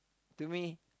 to me